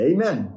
Amen